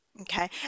Okay